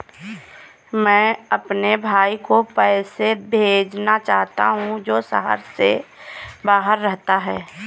मैं अपने भाई को पैसे भेजना चाहता हूँ जो शहर से बाहर रहता है